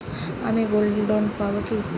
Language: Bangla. আমি গোল্ডলোন কিভাবে পাব?